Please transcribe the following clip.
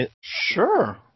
Sure